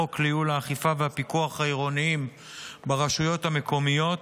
החוק לייעול האכיפה והפיקוח העירוניים ברשויות המקומיות